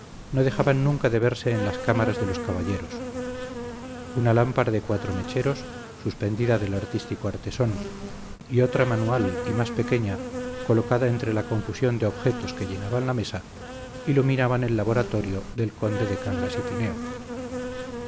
no dejaban nunca de verse en las cámaras de los caballeros una lámpara de cuatro mecheros suspendida del artístico artesón y otra manual y más pequeña colocada entre la confusión de objetos que llenaban la mesa iluminaban el laboratorio del conde de cangas y tineo un